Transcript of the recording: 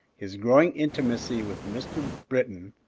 his growing intimacy with mr. britton,